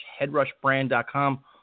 headrushbrand.com